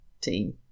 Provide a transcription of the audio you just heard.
team